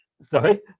Sorry